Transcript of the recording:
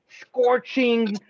scorching